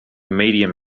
medium